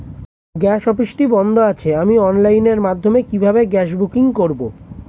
Gas অফিসটি বন্ধ আছে আমি অনলাইনের মাধ্যমে কিভাবে গ্যাস বুকিং করব?